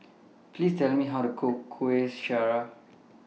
Please Tell Me How to Cook Kuih Syara